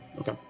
Okay